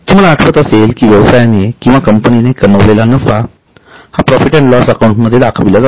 तुम्हाला आठवत असेल कि व्यवसायाने किंवा कंपनीने कमावलेला नफा हा प्रॉफिट अँड लॉस अकाउंट मध्ये दाखविला जातो